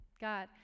God